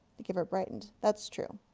the giver brightened. that's true.